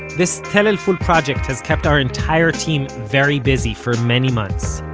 this tell el-ful project has kept our entire team very busy for many months.